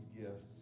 gifts